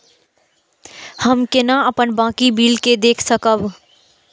हम केना अपन बाकी बिल के देख सकब?